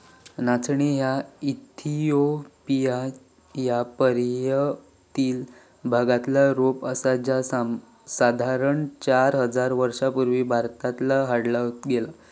नाचणी ह्या इथिओपिया च्या पर्वतीय भागातला रोप आसा जा साधारण चार हजार वर्षां पूर्वी भारतात हाडला गेला